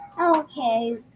Okay